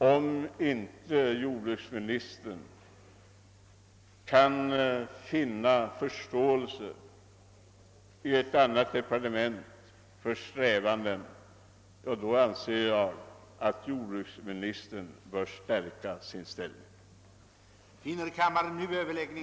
Om sedan jordbruksministern inte kan finna förståelse i ett annat departement för sina strävanden, så anser jag att han bör stärka sin ställning.